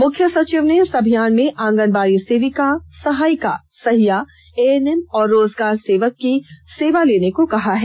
मुख्य सचिव ने इस अभियान में आंगनबाड़ी सेविका सहायिका सहिया एएनएम और रोजगार सेवक की सेवा लेने को कहा है